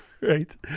Right